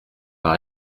par